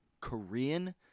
Korean